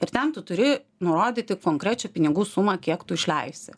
ir ten tu turi nurodyti konkrečią pinigų sumą kiek tu išleisi